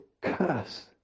curse